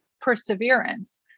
perseverance